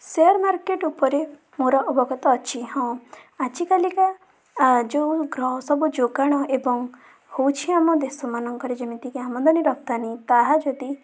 share market ଉପରେ ମୋର ଅବଗତ ଅଛି ହଁ ଆଜିକାଲିକା ଆ ଯେଉଁ ଗ୍ରହ ସବୁ ଯୋଗାଣ ଏବଂ ହେଉଛି ଆମ ଦେଶମାନଙ୍କରେ ଯେମିତିକି ଆମଦାନୀ ରପ୍ତାନି ତାହା ଯଦି